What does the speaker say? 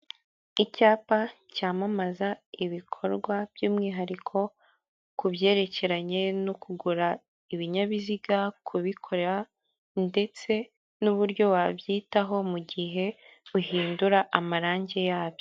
Icyapa cyamamaza ibikorwa by' umumwihariko ku byerekeranye no kugura ibinyabiziga, kubi kubikora ndetse n'uburyo wabyitaho mu gihe uhindura amarangi yabyo.